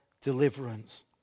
deliverance